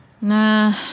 Nah